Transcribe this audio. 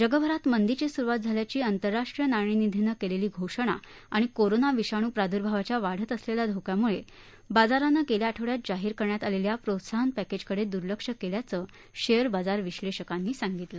जगभरात मंदीची सुरुवात झाल्याची आंतरराष्ट्रीय नाणेनिधीने केलेली घोषणा आणि कोरोना विषाणू प्राद्र्भावाच्या वाढत असलेल्या धोक्यामुळे बाजाराने गेल्या आठवड़यात जाहीर करण्यात आलेल्या प्रोत्साहन पॅकेजकडे दुर्लक्ष केल्याचे शेअर बाजार विश्लेषकांनी सांगितले